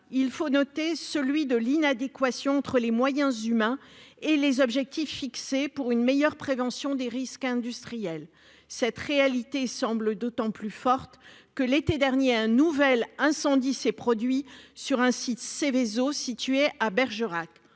il faut noter celui de l'inadéquation entre les moyens humains et les objectifs fixés pour une meilleure prévention des risques industriels. Cette réalité semble d'autant plus forte que, l'été dernier, un nouvel incendie s'est produit sur un site Seveso situé à Bergerac.